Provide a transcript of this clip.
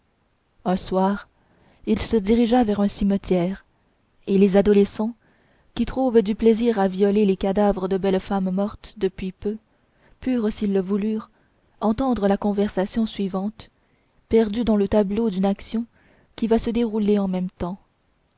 un soir il se dirigea vers un cimetière et les adolescents qui trouvent du plaisir à violer les cadavres de belles femmes mortes depuis peu purent s'ils le voulurent entendre la conversation suivante perdue dans le tableau d'une action qui va se dérouler en même temps